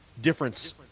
difference